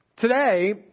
Today